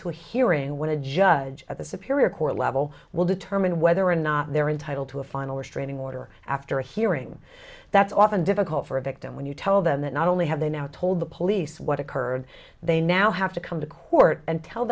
a hearing when a judge at the superior court level will determine whether or not they're entitled to a final restraining order after hearing that's often difficult for a victim when you tell them that not only have they now told the police what occurred they now have to come to court and tell